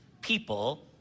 people